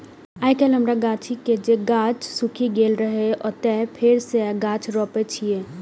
आइकाल्हि हमरा गाछी के जे गाछ सूखि गेल रहै, ओतय फेर सं गाछ रोपै छियै